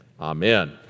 Amen